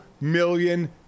million